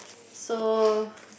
so